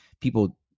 people